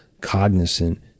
cognizant